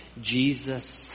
Jesus